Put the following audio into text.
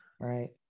Right